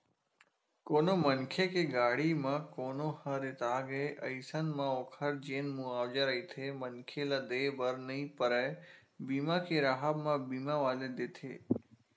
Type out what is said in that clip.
कोनो मनखे के गाड़ी म कोनो ह रेतागे अइसन म ओखर जेन मुवाजा रहिथे मनखे ल देय बर नइ परय बीमा के राहब म बीमा वाले देथे